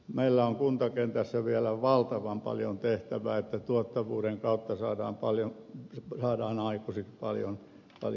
meillä on kuntakentässä vielä valtavan paljon tehtävää että tuottavuuden kautta saadaan aikaiseksi paljon muuta